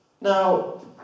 Now